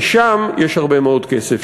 כי שם יש הרבה מאוד כסף.